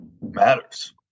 matters